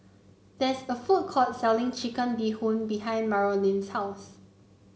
there is a food court selling Chicken Bee Hoon behind Marolyn's house